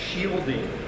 shielding